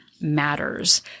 matters